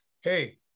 hey